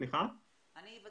אתה יכול,